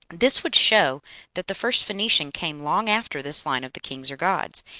this would show that the first phoenician came long after this line of the kings or gods,